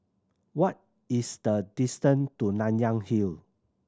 what is the distance to Nanyang Hill